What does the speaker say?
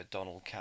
Donald